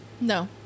No